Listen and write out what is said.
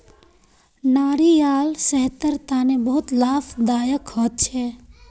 नारियाल सेहतेर तने बहुत लाभदायक होछे